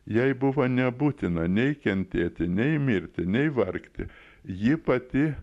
jai buvo nebūtina nei kentėti nei mirti nei vargti ji pati